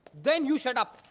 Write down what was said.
then you shut up.